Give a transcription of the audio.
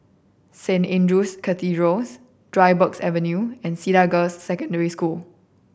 Saint Andrew's Cathedral Dryburgh Avenue and Cedar Girls' Secondary School